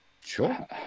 Sure